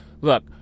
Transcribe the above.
Look